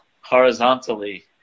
horizontally